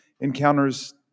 encounters